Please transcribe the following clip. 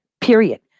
period